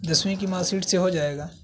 دسویں کی mark sheet سے ہو جائے گا